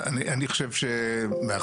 זאת אומרת להגדיל